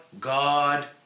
God